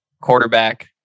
quarterback